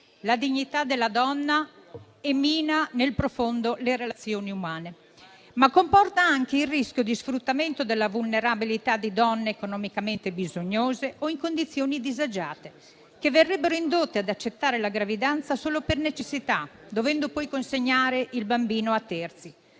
la dignità della donna e mina nel profondo le relazioni umane», ma comporta anche il rischio di sfruttamento della vulnerabilità di donne economicamente bisognose o in condizioni disagiate, che verrebbero indotte ad accettare la gravidanza solo per necessità, dovendo poi consegnare il bambino a terzi.